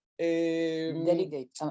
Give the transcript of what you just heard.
Delegate